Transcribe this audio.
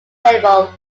label